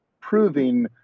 proving